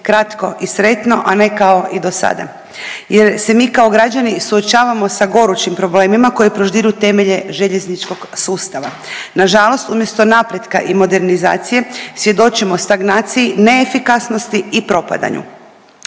kratko i sretno, a ne kao i do sada jer se mi kao građani suočavamo sa gorućim problemima koje proždiru temelje željezničkog sustava. Nažalost, umjesto napretka i modernizacije svjedočimo stagnaciji, neefikasnosti i propadanju.